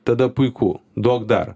tada puiku duok dar